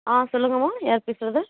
ஆ சொல்லுங்கள்ம்மா யார் பேசுறது